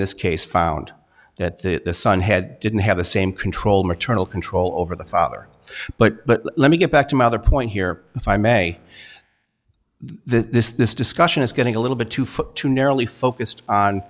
this case found that the son had didn't have the same control maternal control over the father but let me get back to my other point here if i may this this discussion is getting a little bit too far too narrowly focused on